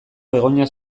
begoña